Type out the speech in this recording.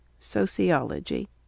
Sociology